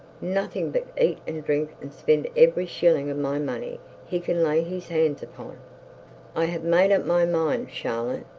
nothing but eat and drink, and spend every shilling of my money he can lay his hands upon. i have made up my mind, charlotte.